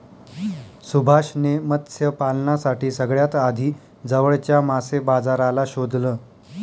सुभाष ने मत्स्य पालनासाठी सगळ्यात आधी जवळच्या मासे बाजाराला शोधलं